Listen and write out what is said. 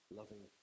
loving